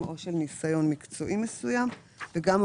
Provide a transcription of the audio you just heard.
הסכמות עקרוניות זו בשורה מאוד מאוד חשובה וגדולה בתחילת התהליך.